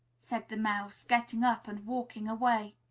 said the mouse, getting up and walking away.